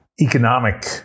economic